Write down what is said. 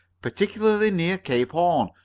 particularly near cape horn.